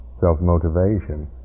self-motivation